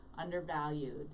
undervalued